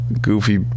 goofy